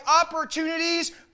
opportunities